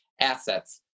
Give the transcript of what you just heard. assets